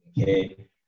okay